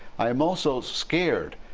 i am also scared.